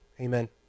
Amen